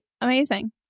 amazing